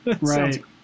right